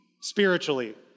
spiritually